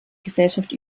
gesellschaft